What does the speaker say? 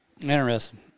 Interesting